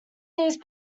these